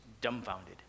dumbfounded